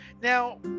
now